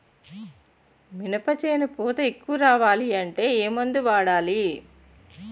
మినప చేను పూత ఎక్కువ రావాలి అంటే ఏమందు వాడాలి?